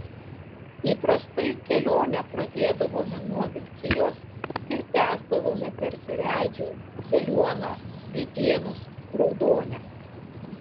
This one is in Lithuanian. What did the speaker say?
įprastai kelionę pradėdavome nuo vilkijos ir tęsdavome per seredžių veliuoną vytėnus raudonę